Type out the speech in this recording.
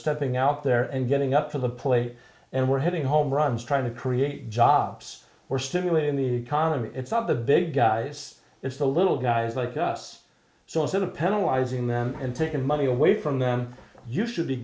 stepping out there and getting up to the plate and we're hitting home runs trying to create jobs we're stimulating the economy it's not the big guys it's the little guys like us so the penalize ing them and taking money away from them you should be